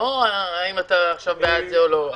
לא אם אתה בעד זה או לא.